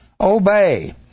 Obey